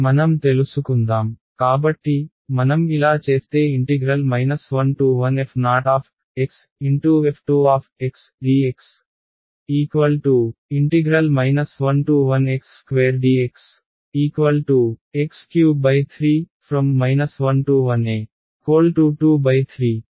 మనం తెలుసుకుందాం కాబట్టి మనం ఇలా చేస్తే 11fof2dx 11x2dxx33 11 23 మరియు సమాధానం